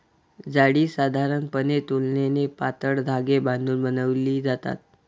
जाळी साधारणपणे तुलनेने पातळ धागे बांधून बनवली जातात